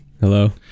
Hello